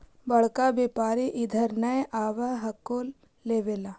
बड़का व्यापारि इधर नय आब हको लेबे ला?